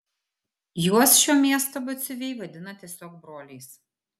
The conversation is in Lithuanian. juos šio miesto batsiuviai vadina tiesiog broliais